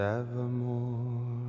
evermore